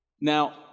Now